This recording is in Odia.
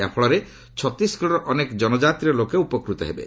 ଏହାଫଳରେ ଛତିଶଗଡ଼ର ଅନେକ ଜନଜାତିର ଲୋକେ ଉପକୃତ ହେବେ